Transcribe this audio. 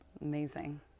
amazing